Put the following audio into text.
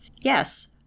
yes